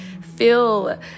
feel